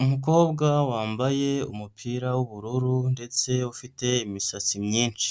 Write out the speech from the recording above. Umukobwa wambaye umupira w'ubururu, ndetse ufite imisatsi myinshi.